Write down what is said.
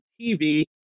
TV